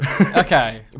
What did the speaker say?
Okay